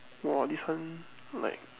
!wah! this one like